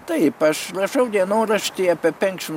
taip aš rašau dienoraštį apie penkšim